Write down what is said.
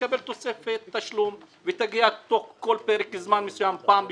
שתקבל תוספת תשלום ותגיע כל פרק זמן מסוים פעם בשבוע,